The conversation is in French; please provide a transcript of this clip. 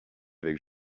avec